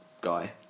guy